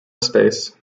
space